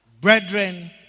Brethren